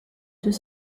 deux